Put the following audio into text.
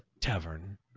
Tavern